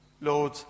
Lord